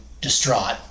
distraught